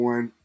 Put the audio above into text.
One